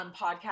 podcast